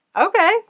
Okay